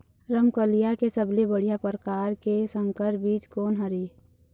रमकलिया के सबले बढ़िया परकार के संकर बीज कोन हर ये?